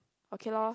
okay lor